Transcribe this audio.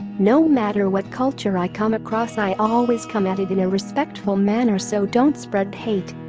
no matter what culture i come across i always come at it in a respectful manner so don't spread hate.